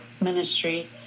ministry